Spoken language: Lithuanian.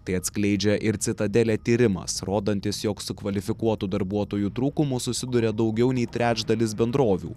tai atskleidžia ir citadelė tyrimas rodantis jog su kvalifikuotų darbuotojų trūkumu susiduria daugiau nei trečdalis bendrovių